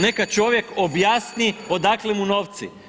Neka čovjek objasni odakle mu novci.